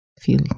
feel